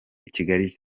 kigali